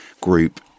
Group